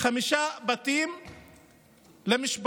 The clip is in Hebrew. חמישה בתים למשפחות